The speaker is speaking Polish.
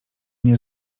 nie